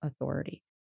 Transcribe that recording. authority